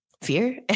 fear